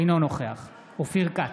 אינו נוכח אופיר כץ,